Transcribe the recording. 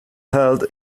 held